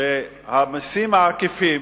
שהמסים העקיפים